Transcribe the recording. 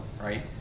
right